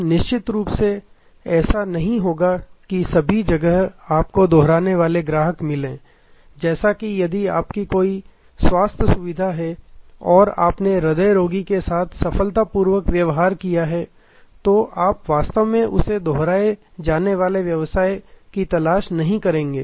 अब निश्चित रूप से ऐसा नहीं होगा कि सभी जगह आपको दोहराने वाले ग्राहक मिले जैसे कि यदि आपकी कोई स्वास्थ्य सुविधा हैं और आपने हृदय रोगी के साथ सफलतापूर्वक व्यवहार किया है तो आप वास्तव में उससे दोहराए जाने वाले व्यवसाय की तलाश नहीं करेंगे